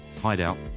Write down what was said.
hideout